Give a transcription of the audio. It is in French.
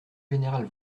général